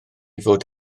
fod